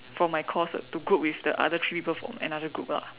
from my course to group with the other people from another group lah